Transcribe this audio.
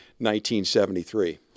1973